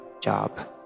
job